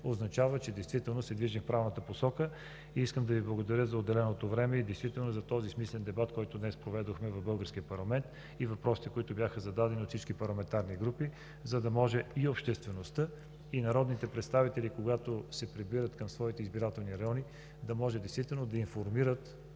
означава, че действително се движим в правилната посока. Искам да Ви благодаря за отделеното време и за този смислен дебат, който днес проведохме в българския парламент, и въпросите, които бяха зададени от всички парламентарни групи, за да може и обществеността, и народните представители, когато се прибират към своите избирателни райони, да могат да информират